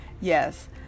Yes